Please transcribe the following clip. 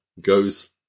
Goes